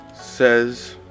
says